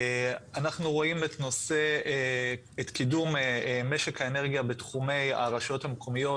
אנחנו רואים את קידום משק האנרגיה בתחומי הרשויות המקומיות,